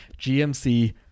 GMC